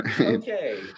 okay